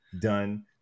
done